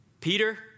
Peter